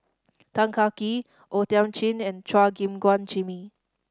Tan Kah Kee O Thiam Chin and Chua Gim Guan Jimmy